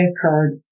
occurred